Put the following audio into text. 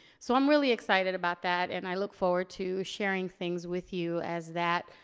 so i'm really excited about that and i look forward to sharing things with you as that